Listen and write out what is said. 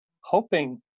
hoping